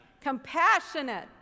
Compassionate